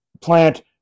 plant